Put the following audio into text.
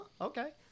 Okay